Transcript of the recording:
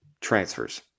transfers